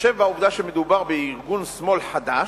בהתחשב בעובדה שמדובר בארגון שמאל חדש,